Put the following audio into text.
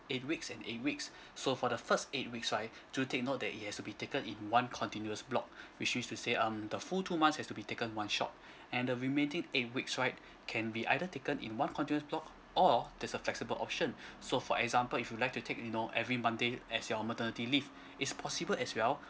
eight weeks and eight weeks so for the first eight weeks right do take note that it has to be taken in one continuous block which means to say um the full two months has to be taken one shot and the remaining eight weeks right can be either taken in one continuous block or there's a flexible option so for example if you like to take you know every monday as your maternity leave it's possible as well